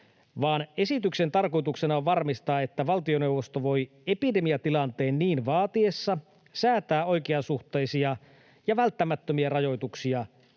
esityksen tarkoituksena on varmistaa, että valtioneuvosto voi epidemiatilanteen niin vaatiessa säätää oikeasuhtaisia ja välttämättömiä rajoituksia,